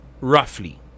roughly